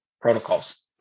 protocols